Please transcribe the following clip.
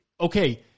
okay